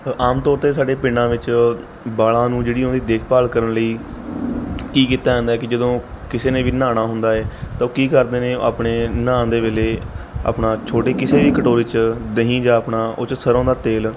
ਅ ਆਮ ਤੌਰ 'ਤੇ ਸਾਡੇ ਪਿੰਡਾਂ ਵਿੱਚ ਵਾਲ਼ਾਂ ਨੂੰ ਜਿਹੜੀ ਉਹਦੀ ਦੇਖਭਾਲ ਕਰਨ ਲਈ ਕੀ ਕੀਤਾ ਜਾਂਦਾ ਕਿ ਜਦੋਂ ਕਿਸੇ ਨੇ ਵੀ ਨਹਾਉਣਾ ਹੁੰਦਾ ਏ ਤਾਂ ਉਹ ਕੀ ਕਰਦੇ ਨੇ ਆਪਣੇ ਨਹਾਉਣ ਦੇ ਵੇਲੇ ਆਪਣਾ ਛੋਟੇ ਕਿਸੇ ਵੀ ਕਟੋਰੇ 'ਚ ਦਹੀਂ ਜਾਂ ਆਪਣਾ ਉਹ 'ਚ ਸਰ੍ਹੋਂ ਦਾ ਤੇਲ